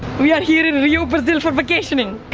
we are here in rio, brazil for vacationing.